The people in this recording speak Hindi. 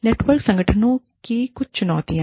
नेटवर्क संगठनों की कुछ चुनौतियां